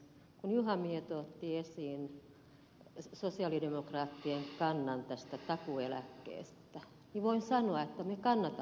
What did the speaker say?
kun juha mieto otti esiin sosialidemokraattien kannan tästä takuueläkkeestä niin voin sanoa että me kannatamme takuueläkettä